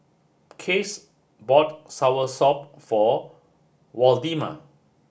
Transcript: case bought soursop for Waldemar